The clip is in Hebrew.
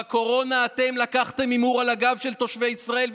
בקורונה אתם לקחתם הימור על הגב של תושבי ישראל,